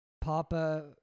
Papa